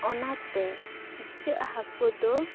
ᱚᱱᱟᱛᱮ ᱤᱪᱟ ᱜ ᱦᱟᱹᱠᱩ ᱫᱚ